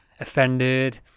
offended